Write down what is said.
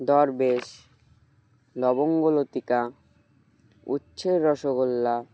দরবেশ লবঙ্গ লতিকা উচ্ছের রসগোল্লা